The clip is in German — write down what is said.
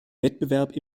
wettbewerb